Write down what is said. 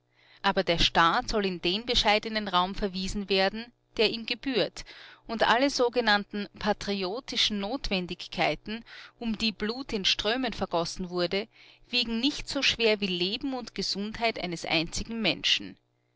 aber der staat soll in den bescheidenen raum verwiesen werden der ihm gebührt und alle sogenannten patriotischen notwendigkeiten um die blut in strömen vergossen wurde wiegen nicht so schwer wie leben und gesundheit eines einzigen menschen